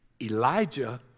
Elijah